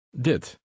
dit